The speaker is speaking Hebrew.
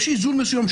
יש איזון מסוים.